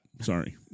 Sorry